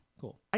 cool